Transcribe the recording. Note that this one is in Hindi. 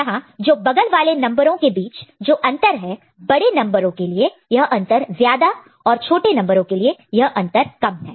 यहां जो बगल वाले कंसेक्युटिव consecutive नंबरों के बीच जो अंतर है बड़े नंबरों के लिए यह अंतर गेप gap ज्यादा है और छोटे नंबरों के लिए यह अंतर गेप gap कम है